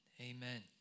amen